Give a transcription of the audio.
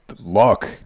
luck